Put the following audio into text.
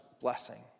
blessing